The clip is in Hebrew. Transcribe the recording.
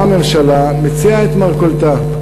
באה הממשלה ומציעה את מרכולתה.